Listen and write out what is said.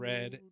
Red